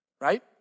right